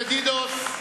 Bienvenidos.